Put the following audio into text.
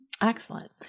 excellent